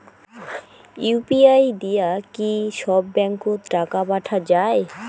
UPI দিয়া কি সব ব্যাংক ওত টাকা পাঠা যায়?